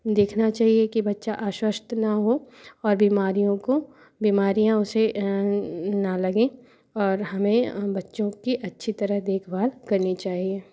देखना चाहिए कि बच्चा अस्वस्थ न हो और बीमारियों को बीमारियाँ उसे ना लगे और हमें बच्चों के अच्छी तरह देखभाल करनी चाहिए